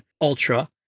Ultra